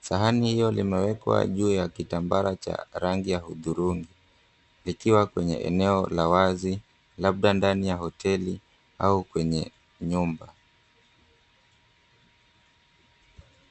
Sahani hiyo limewekwa juu ya kitambara cha rangi ya hudhurungi, likiwa kwenye eneo la wazi labda ndani ya hoteli au kwenye nyumba.